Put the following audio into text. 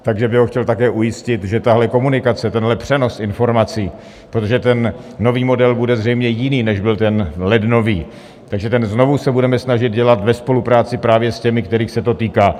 Takže bych ho chtěl také ujistit, že tahle komunikace, tenhle přenos informací, protože ten nový model bude zřejmě jiný, než byl ten lednový, takže znovu se budeme snažit dělat ve spolupráci právě s těmi, kterých se to týká.